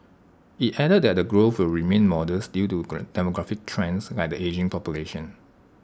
IT added that the growth will remain modest due to demographic trends like the ageing population